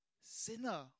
sinner